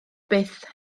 byth